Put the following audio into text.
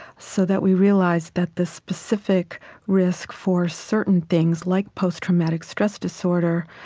so that we realized that the specific risk for certain things, like post-traumatic stress disorder,